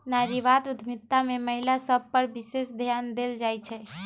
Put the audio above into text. नारीवाद उद्यमिता में महिला सभ पर विशेष ध्यान देल जाइ छइ